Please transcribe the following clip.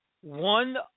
one